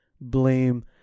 blame